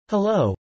Hello